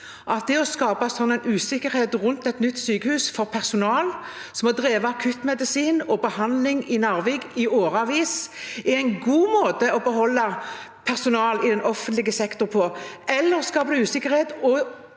at det å skape en sånn usikkerhet rundt et nytt sykehus for personalet som har drevet akuttmedisin og behandling i Narvik i årevis, er en god måte å beholde personal i den offentlige sektoren på, eller skaper det usikkerhet?